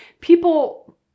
People